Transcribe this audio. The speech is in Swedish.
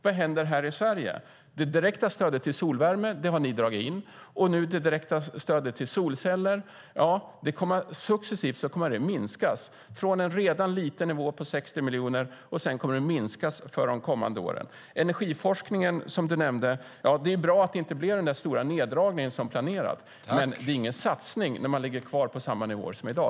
Vad händer här i Sverige? Det direkta stödet till solvärme har ni dragit in, och det direkta stödet till solceller kommer, från en redan låg nivå på 60 miljoner, att successivt minskas de kommande åren. När det gäller energiforskningen som du nämnde är det bra att det inte blir den stora neddragningen som var planerad, men det är ingen satsning när man ligger kvar på samma nivåer som i dag.